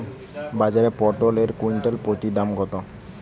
বাজারে পটল এর কুইন্টাল প্রতি দাম কত?